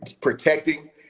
protecting